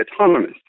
autonomous